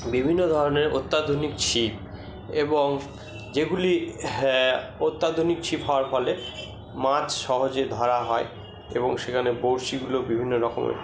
বিভিন্ন ধরণের অত্যাধুনিক ছিপ এবং যেগুলি হ্যাঁ অত্যাধুনিক ছিপ হওয়ার ফলে মাছ সহজে ধরা হয় এবং সেখানে বড়শিগুলো বিভিন্ন রকমের